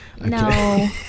No